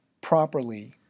properly